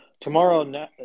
tomorrow